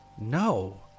no